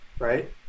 right